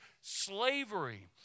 slavery